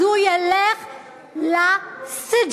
אז הוא ילך לסִגְ'ן.